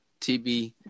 TB